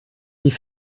die